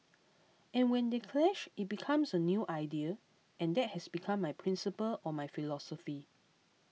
and when they clash it becomes a new idea and that has become my principle or my philosophy